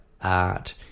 art